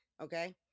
okay